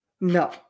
No